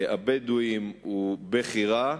הבדואיים, הוא בכי רע.